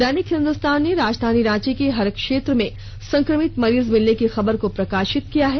दैनिक हिंदुस्तान ने राजधानी रांची के हर क्षेत्र में संक्रमित मरीज मिलने की खबर को प्रकाशित किया है